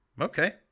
Okay